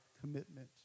commitment